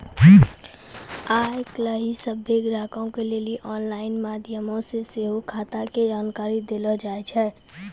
आइ काल्हि सभ्भे ग्राहको के लेली आनलाइन माध्यमो से सेहो खाता के जानकारी देलो जाय छै